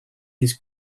his